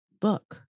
book